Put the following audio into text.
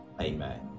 Amen